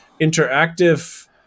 interactive